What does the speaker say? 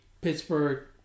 Pittsburgh